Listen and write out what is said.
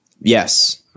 Yes